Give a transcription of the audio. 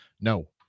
No